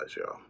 y'all